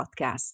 podcast